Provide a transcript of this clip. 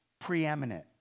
preeminent